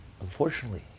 unfortunately